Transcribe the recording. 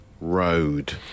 Road